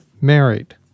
married